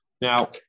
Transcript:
Now